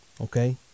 okay